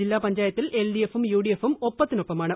ജില്ലാപഞ്ചായത്തിൽ എൽഡിഎഫും യുഡിഎഫും ഒപ്പത്തിനൊപ്പമാണ്